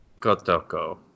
Kotoko